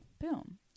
Boom